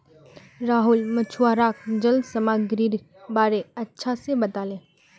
राहुल मछुवाराक जल सामागीरीर बारे अच्छा से बताले